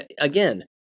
Again